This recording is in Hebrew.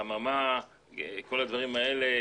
החממה וכל הדברים האלה,